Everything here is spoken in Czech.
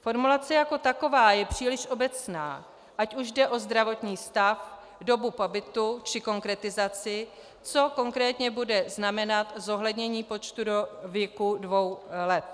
Formulace jako taková je příliš obecná, ať už jde o zdravotní stav, dobu pobytu či konkretizaci, co konkrétně bude znamenat zohlednění počtu do věku dvou let.